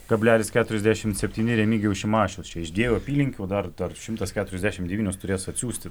kablelis keturiasdešimt septyni remigijus šimašius čia iš dviejų apylinkių dar dar šimtas keturiasdešimt devynios turės atsiųsti